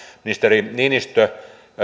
ministeri niinistö